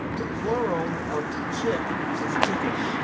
the plural of chick was chicken.